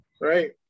Right